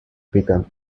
become